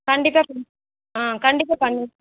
கண்டிப்பாக செஞ்சு ஆ கண்டிப்பாக பண்ணி